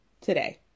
Today